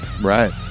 Right